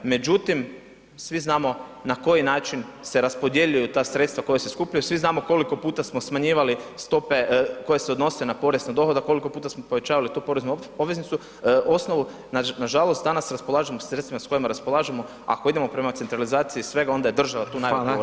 Međutim, svi znamo na koji način se raspodjeljuju ta sredstva koja se skupljaju, svi znamo koliko puta smo smanjivali stope koje se odnose na porez na dohodak, koliko puta smo povećali tu poreznu osnovu, nažalost danas raspolažemo sa sredstvima s kojima raspolažemo, ako idemo prema centralizaciji svega onda je država tu najodgovornija … Hvala.